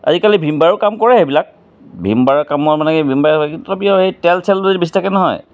আজিকালি ভীমবাৰো কাম কৰে সেইবিলাক ভীমবাৰে কাম হয় মানে কি ভীমবাৰে তথাপিও আৰু এই তেল চেল যদি বেছি থাকে নহয়